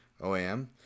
OAM